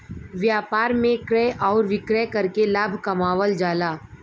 व्यापार में क्रय आउर विक्रय करके लाभ कमावल जाला